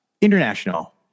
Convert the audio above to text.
International